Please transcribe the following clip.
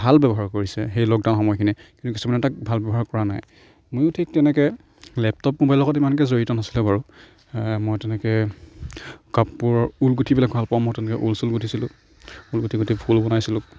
ভাল ব্যৱহাৰ কৰিছে সেই লকডাউন সময়খিনিত কিন্তু কিছুমানে তাক ভাল ব্যৱহাৰ কৰা নাই মইও ঠিক তেনেকৈ লেপটপ মোবাইলৰ লগত ইমানকৈ জড়িত নাছিলোঁ বাৰু মই তেনেকৈ কাপোৰ ঊল গুঠিব ভাল পাওঁ তেনেকৈ ঊল চুল গুঠিছিলোঁ ঊল গুঠি গুঠি ফুল বনাইছিলোঁ